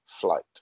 flight